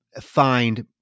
find